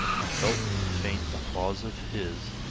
i felt the faint appulse of his,